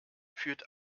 führt